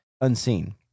unseen